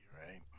right